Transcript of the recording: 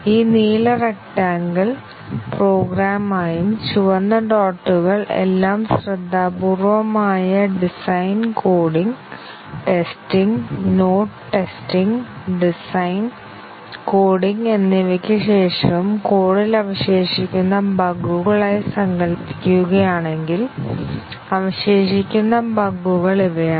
ഈ നീല rectangle program ആയും ചുവന്ന ഡോട്ടുകൾ എല്ലാം ശ്രദ്ധാപൂർവ്വമായ design coding testing not testing design coding എന്നിവയ്ക്ക് ശേഷവും കോഡിൽ അവശേഷിക്കുന്ന ബഗുകളായി സങ്കൽപ്പിക്കുകയാണെങ്കിൽ അവശേഷിക്കുന്ന ബഗുകൾ ഇവയാണ്